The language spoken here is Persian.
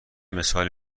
مثالی